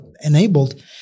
enabled